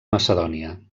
macedònia